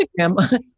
Instagram